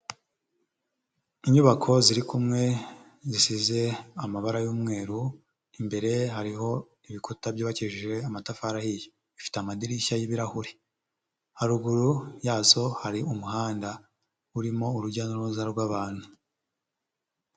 Inyubako ziri kumwe zisize amabara y'umweru, imbere hariho ibikuta byubakishije amatafari ahiye. Ifite amadirishya y'ibirahure. Haruguru yazo hari umuhanda urimo urujya n'uruza rw'abantu.